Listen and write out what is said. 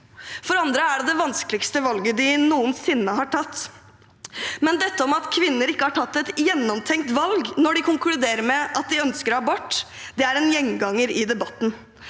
For andre er det det vanskeligste valget de noensinne har tatt. Men det at kvinner ikke har tatt et gjennomtenkt valg når de konkluderer med at de ønsker å ta abort, er en gjenganger i debatten.